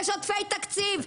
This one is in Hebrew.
יש עודפי תקציב,